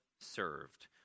served